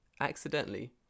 Accidentally